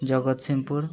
Jagatsinghpur